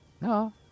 No